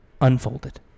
Unfolded